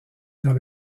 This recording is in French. dans